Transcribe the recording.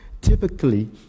Typically